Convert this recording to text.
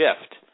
shift